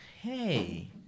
Hey